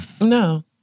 No